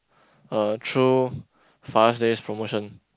uh through Father's-Day promotion